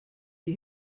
die